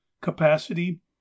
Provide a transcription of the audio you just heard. Capacity